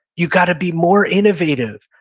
you've gotta be more innovative.